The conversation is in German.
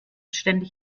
ständig